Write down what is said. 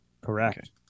Correct